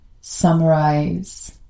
summarize